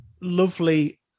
lovely